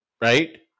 right